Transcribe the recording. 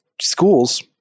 schools